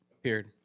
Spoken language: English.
appeared